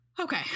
Okay